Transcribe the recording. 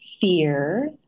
fear